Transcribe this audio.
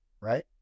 right